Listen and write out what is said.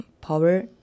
power